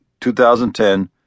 2010